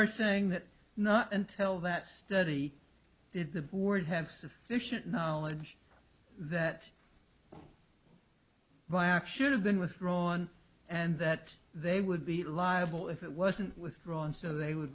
are saying that not until that study did the board have sufficient knowledge that by action of then withdrawn and that they would be liable if it wasn't withdrawn so they would